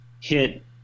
hit